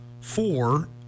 four